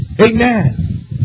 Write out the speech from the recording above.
Amen